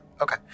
Okay